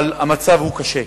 אבל המצב קשה,